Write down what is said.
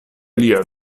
lia